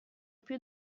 più